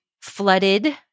flooded